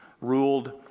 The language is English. ruled